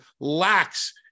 lacks